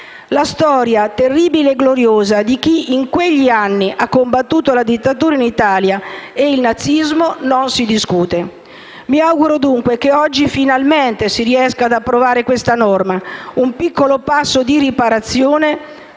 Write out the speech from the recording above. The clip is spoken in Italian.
La storia terribile e gloriosa di chi in quegli anni ha combattuto la dittatura in Italia e il nazismo non si discute. Mi auguro, dunque, che oggi, finalmente, si riesca ad approvare questa norma: un piccolo passo di riparazione